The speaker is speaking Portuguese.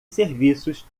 serviços